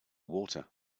water